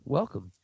welcome